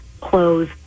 Close